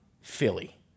Philly